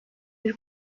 bir